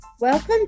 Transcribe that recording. Welcome